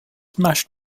mashed